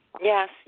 yes